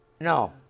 No